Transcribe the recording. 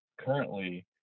currently